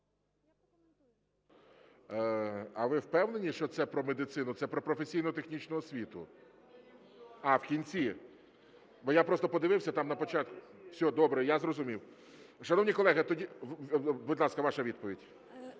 А ви впевнені, що це про медицину? Це про професійно-технічну освіту. А, в кінці. Бо я просто подивився... Все, добре, я зрозумів. Будь ласка, ваша відповідь.